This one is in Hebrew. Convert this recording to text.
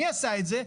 מי עשה את זה?